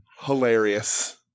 hilarious